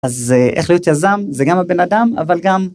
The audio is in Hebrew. אז איך להיות יזם זה גם הבן אדם אבל גם.